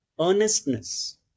earnestness